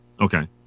Okay